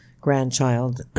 grandchild